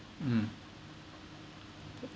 mm